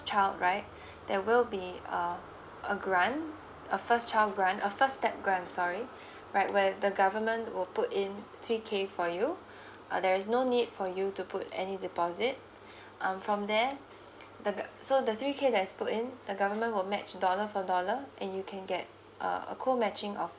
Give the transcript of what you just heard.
child right there will be uh a grant a first child grant a first step grant sorry right where the government will put in three K for you uh there is no need for you to put any deposit um from there the gov~ so the three K that's put in the government will match dollar for dollar and you can get uh a co matching of